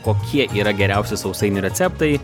kokie yra geriausi sausainių receptai